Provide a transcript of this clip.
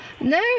No